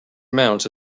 amounts